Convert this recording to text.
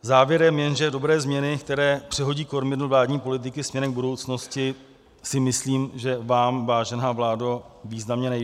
Závěrem jen, že dobré změny, které přehodí kormidlo vládní politiky směrem k budoucnosti, si myslím, že vám, vážená vládo, významně nejdou.